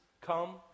come